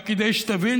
רק כדי שתבין,